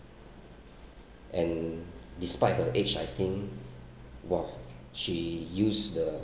and despite the age I think !wah! she use the